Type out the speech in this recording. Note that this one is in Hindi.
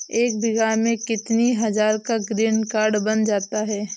एक बीघा में कितनी हज़ार का ग्रीनकार्ड बन जाता है?